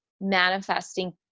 manifesting